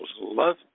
love